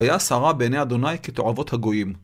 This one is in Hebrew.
ויעש הרע בעיני אדוני כתועבות הגויים.